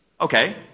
okay